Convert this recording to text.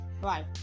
Bye